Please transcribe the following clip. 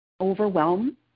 Overwhelm